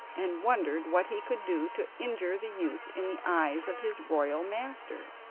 and wondered what he could do to injure the youth in the eyes of his royal master.